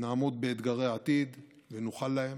נעמוד באתגרי העתיד ונוכל להם.